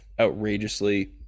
outrageously